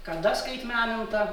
kada skaitmeninta